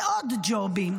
ג'ובים, ועוד ג'ובים.